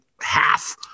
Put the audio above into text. half